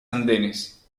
andenes